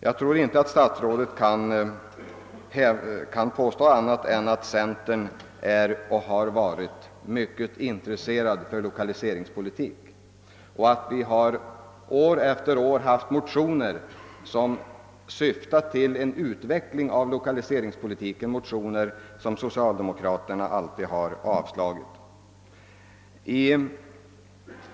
Jag tror inte att herr statsrådet kan påstå annat än att även vi i centern är och har varit mycket intresserade av den saken och att vi år efter år har väckt motioner som syftat till en utveckling och intensifiering av lokaliseringspolitiken. De motionerna har emellertid socialdemokraterna alltid avslagit.